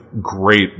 great